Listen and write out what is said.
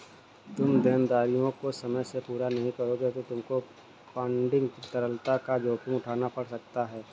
तुम देनदारियों को समय से पूरा नहीं करोगे तो तुमको फंडिंग तरलता का जोखिम उठाना पड़ सकता है